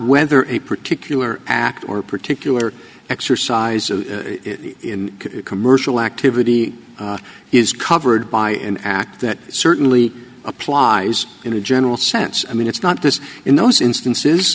whether a particular act or particular exercise in commercial activity is covered by an act that certainly applies in a general sense i mean it's not just in those instances